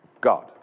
God